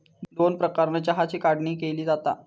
दोन प्रकारानं चहाची काढणी केली जाता